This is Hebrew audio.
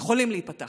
יכולים להיפתח